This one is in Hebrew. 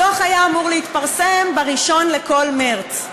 הדוח היה אמור להתפרסם ב-1 בכל מרס.